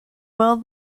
will